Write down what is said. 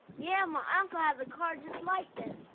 yeah, my uncle has a car just like that.